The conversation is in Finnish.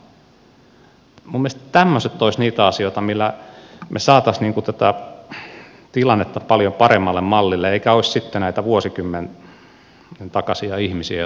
minun mielestäni tämmöiset olisivat niitä asioita millä me saataisiin tätä tilannetta paljon paremmalle mallille eikä olisi sitten näitä vuosikymmenten takaisia ihmisiä jotka kokevat näitä